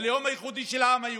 הלאום הייחודי, של העם היהודי.